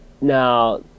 Now